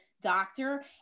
doctor